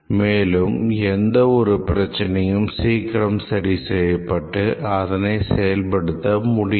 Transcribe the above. மேலும் எந்த ஒரு பிரச்சனையும் சீக்கிரம் சரிசெய்யப்பட்டு அதனை செயல்படுத்த முடியும்